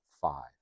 five